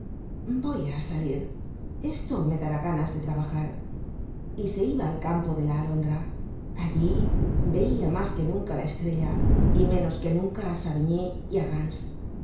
voy á salir esto me dará ganas de trabajar y se iba al campo de la alondra allí veia mas que nunca la estrella y menos que nunca á savigny y á